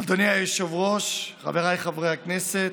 אדוני היושב-ראש, חבריי חברי הכנסת,